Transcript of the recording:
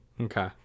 Okay